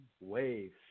waves